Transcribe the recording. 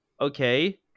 okay